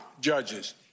judges